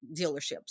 dealerships